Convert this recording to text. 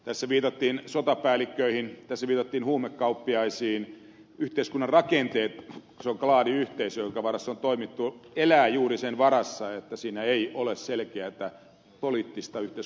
tässä viitattiin sotapäälliköihin tässä viitattiin huumekauppiaisiin yhteiskunnan rakenteet se klaaniyhteisö jonka varassa on toimittu elää juuri sen varassa että ei ole selkeätä poliittista ja yhteiskunnallista ratkaisua